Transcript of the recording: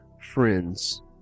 friends